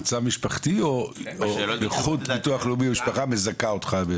מצב משפחתי או נכות ביטוח לאומי משפחה מזכה אותך?